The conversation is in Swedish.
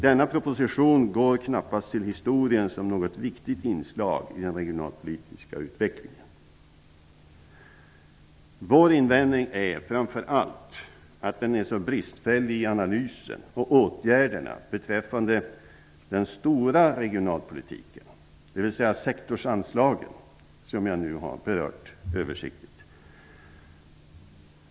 Denna proposition går knappast till historien som något viktigt inslag i den regionalpolitiska utvecklingen. Vår invändning är framför allt att den är så bristfällig i analysen och åtgärderna beträffande den stora regionalpolitiken, dvs. sektorsanslagen, som jag nu har berört översiktligt.